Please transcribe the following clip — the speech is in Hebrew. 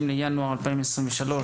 30 בינואר 2023,